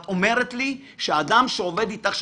את אומרת לי שזה אדם שעובד איתך,